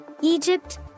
Egypt